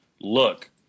look